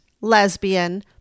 lesbian